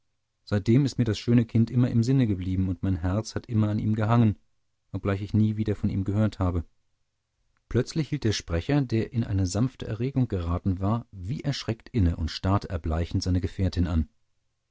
seitdem ist mir das schöne kind immer im sinne geblieben und mein herz hat immer an ihm gehangen obgleich ich nie wieder von ihm gehört habe gottfried keller plötzlich hielt der sprecher der in eine sanfte erregung geraten war wie erschreckt inne und starrte erbleichend seine gefährtin an